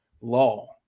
law